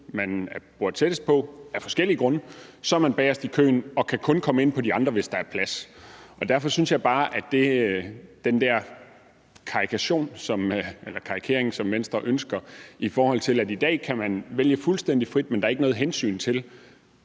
man bor tættest på, er man bagest i køen og kan kun komme ind på de andre, hvis der er plads. Derfor synes jeg bare, at det, Venstre siger, er karikeret. I dag kan man vælge fuldstændig frit, men der er ikke noget hensyn til,